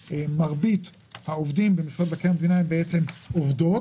מרבית העובדים במשרד מבקר המדינה הן בעצם עובדות.